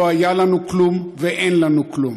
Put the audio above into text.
לא היה לנו כלום ואין לנו כלום.